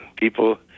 people